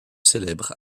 célèbre